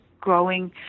growing